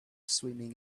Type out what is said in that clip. swimming